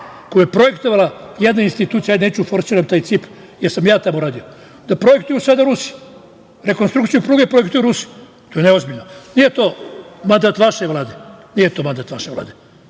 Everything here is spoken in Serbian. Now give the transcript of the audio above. koje je projektovala jedna institucija, neću da forsiram taj CIP, jer sam ja tamo radio, projektuju sada Rusi, rekonstrukciju pruge projektuju Rusi. To je neozbiljno. Nije to mandat vaše Vlade, ali morate da